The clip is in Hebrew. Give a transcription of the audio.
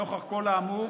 נוכח כל האמור,